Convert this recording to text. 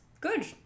Good